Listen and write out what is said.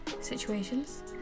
situations